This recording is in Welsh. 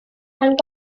pan